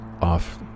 off